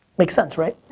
make sense, right?